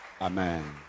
Amen